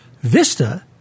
Vista